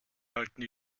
halten